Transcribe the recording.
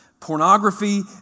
Pornography